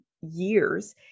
years